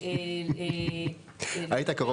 שוב, גם פה,